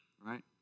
right